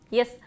Yes